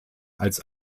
als